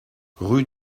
rue